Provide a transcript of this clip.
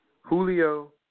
Julio